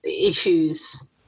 issues